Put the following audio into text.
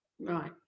Right